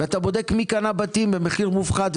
ואתה בודק מי קנה בתים במחיר מופחת,